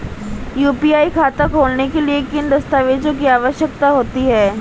UPI खाता खोलने के लिए किन दस्तावेज़ों की आवश्यकता होती है?